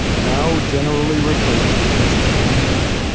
now generally referred to as epinephrine.